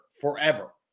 forever